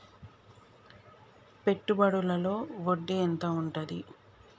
పెట్టుబడుల లో వడ్డీ ఎంత ఉంటది?